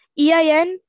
EIN